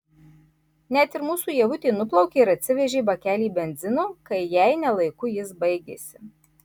net ir mūsų ievutė nuplaukė ir atsivežė bakelį benzino kai jai ne laiku jis baigėsi